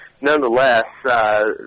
nonetheless